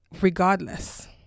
regardless